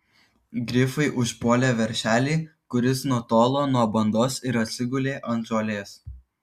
grifai užpuolė veršelį kuris nutolo nuo bandos ir atsigulė ant žolės